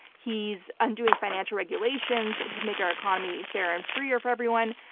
he's undoing financial regulations to make our economy fairer and freer for everyone.